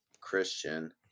Christian